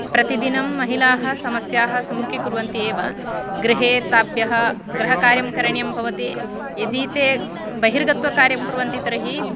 प्रतिदिनं महिलाः समस्याः सम्मुखीकुर्वन्ति एव गृहे ताभ्यः गृहकार्यं करणीयं भवति यदि ते बहिर्गत्वा कार्यं कुर्वन्ति तर्हि